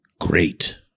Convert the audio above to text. great